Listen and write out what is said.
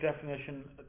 definition